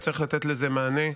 וצריך לתת לזה מענה,